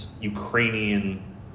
Ukrainian